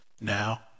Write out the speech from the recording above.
Now